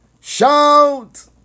Shout